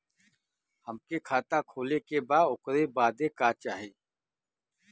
हमके खाता खोले के बा ओकरे बादे का चाही?